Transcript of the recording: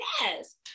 yes